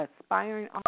aspiring